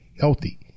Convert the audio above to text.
healthy